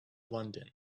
london